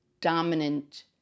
dominant